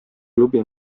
klubi